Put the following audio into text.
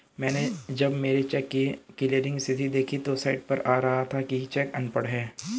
मैनें जब मेरे चेक की क्लियरिंग स्थिति देखी तो साइट पर आ रहा था कि चेक अनपढ़ है